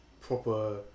proper